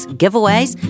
giveaways